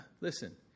listen